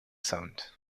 sound